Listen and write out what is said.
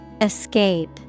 Escape